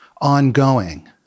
ongoing